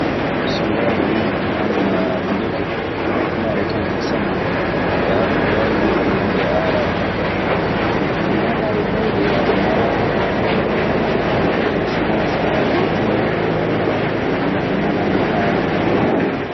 So ngoonga min mi anndanaa ndefu maroken en sanne, kaa miɗe waawi wiide e ɗe nanndi e araɓe. Mi meeɗaayi dawde yahde Maroc, ee so wanaa so haaɗii e telee walla e nanalla haalaaji. Ɗoo haaɗi.